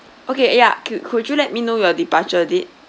okay ya could could you let me know your departure date